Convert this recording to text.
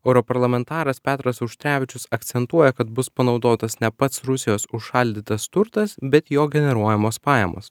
europarlamentaras petras auštrevičius akcentuoja kad bus panaudotas ne pats rusijos užšaldytas turtas bet jo generuojamos pajamos